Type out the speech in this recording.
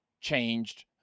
changed